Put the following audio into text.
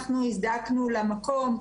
אנחנו הזדעקנו למקום,